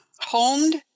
homed